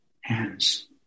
hands